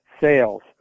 sales